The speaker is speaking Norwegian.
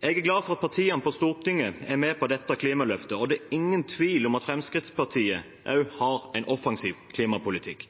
Jeg er glad for at partiene på Stortinget er med på dette klimaløftet, og det er ingen tvil om at Fremskrittspartiet også har en offensiv klimapolitikk.